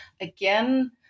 again